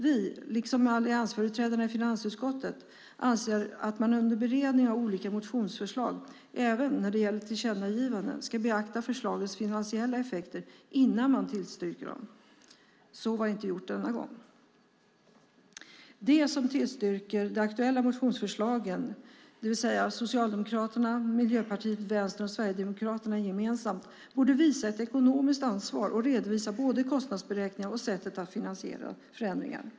Vi liksom alliansföreträdarna i finansutskottet anser att man under beredningen av olika motionsförslag, även när det gäller tillkännagivanden, ska beakta förslagens finansiella effekter innan man tillstyrker dem. Så har inte gjorts denna gång. De som tillstyrker de aktuella motionsförslagen, det vill säga Socialdemokraterna, Miljöpartiet, Vänstern och Sverigedemokraterna gemensamt, borde visa ett ekonomiskt ansvar och redovisa både kostnadsberäkningar och sättet att finansiera förändringar.